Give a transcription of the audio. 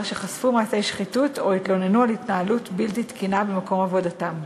שחשפו מעשי שחיתות או התלוננו על התנהלות בלתי תקינה במקום עבודתם.